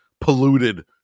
polluted